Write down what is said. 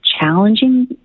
challenging